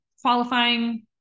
qualifying